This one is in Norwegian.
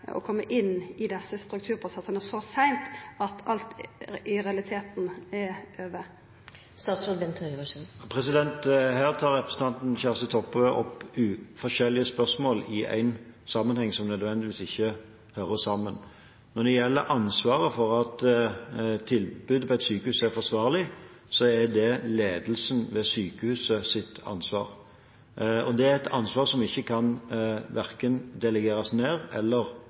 så seint at alt i realiteten er over? Her tar representanten Kjersti Toppe opp forskjellige spørsmål i en sammenheng som ikke nødvendigvis hører sammen. Når det gjelder ansvaret for at tilbudet på et sykehus er forsvarlig, så er det ledelsen ved sykehusets ansvar, og det er et ansvar som verken kan delegeres ned eller